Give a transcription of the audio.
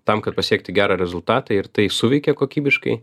tam kad pasiekti gerą rezultatą ir tai suveikė kokybiškai